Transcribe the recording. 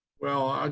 well, ah